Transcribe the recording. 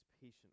patient